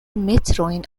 metrojn